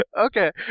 Okay